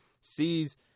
sees